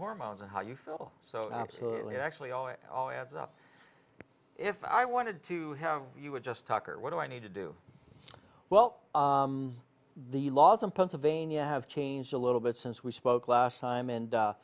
hormones and how you feel so absolutely actually all it all adds up if i wanted to have you would just talk or what do i need to do well the laws of pennsylvania have changed a little bit since we spoke last time and